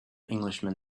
englishman